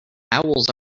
owls